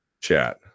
chat